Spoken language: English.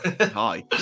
Hi